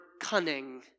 cunning